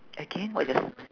again what yours